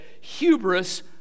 hubris